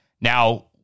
Now